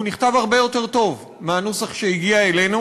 והוא נכתב הרבה יותר טוב מהנוסח שהגיע אלינו,